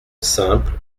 simple